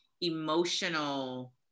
emotional